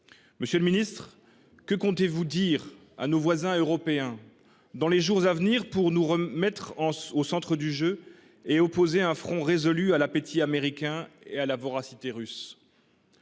Monsieur le ministre, que comptez vous dire à nos voisins européens dans les jours à venir pour nous remettre au centre du jeu et opposer un front résolu à l’appétit américain et à la voracité russe ?